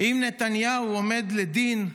אם נתניהו עומד לדין,